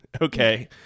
okay